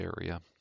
area